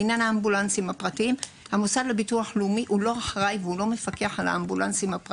לעניין האמבולנסים הפרטיים: המוסד לביטוח לאומי לא מפקח עליהם.